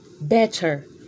better